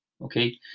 Okay